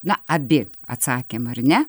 na abi atsakėm ar ne